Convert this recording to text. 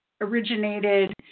originated